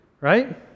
Right